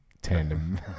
tandem